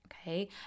okay